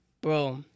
Bro